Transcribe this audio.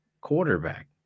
quarterback